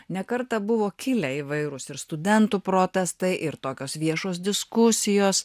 ne kartą buvo kilę įvairūs ir studentų protestai ir tokios viešos diskusijos